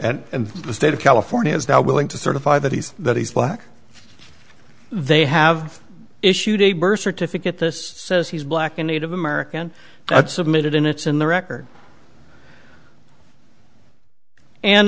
and the state of california is now willing to certify that he's that he's black they have issued a birth certificate this says he's black a native american that's submitted in it's in the record and